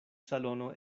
salono